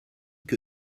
que